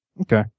Okay